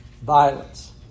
Violence